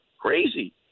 Crazy